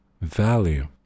value